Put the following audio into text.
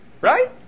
Right